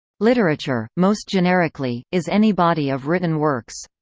literature, most generically, is any body of written works.